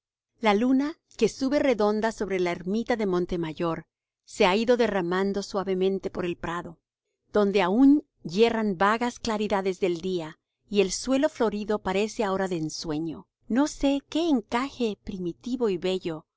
la luna que sube redonda sobre la ermita de montemayor se ha ido derramando suavemente por el prado donde aún yerran vagas claridades del día y el suelo florido parece ahora de ensueño no sé qué encaje primitivo y bello